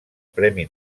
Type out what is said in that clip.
premi